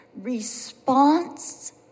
response